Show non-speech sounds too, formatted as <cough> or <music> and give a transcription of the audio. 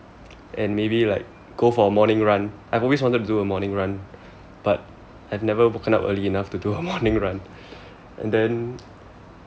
and maybe like go for a morning run I've always wanted to do a morning run but I've never woken up early enough to do <laughs> a morning run and then